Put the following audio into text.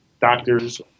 doctors